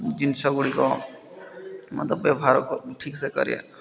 ଜିନିଷ ଗୁଡ଼ିକ ମୋତେ ବ୍ୟବହାର କ ଠିକ୍ ସେ କରିବା